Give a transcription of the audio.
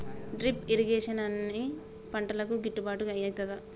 Drip irrigation అన్ని పంటలకు గిట్టుబాటు ఐతదా?